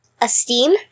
Esteem